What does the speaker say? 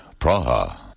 Praha